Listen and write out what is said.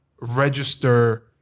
register